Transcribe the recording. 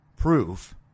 Proof